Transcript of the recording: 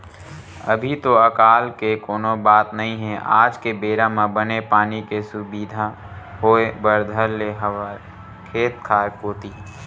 अभी तो अकाल के कोनो बात नई हे आज के बेरा म बने पानी के सुबिधा होय बर धर ले हवय खेत खार कोती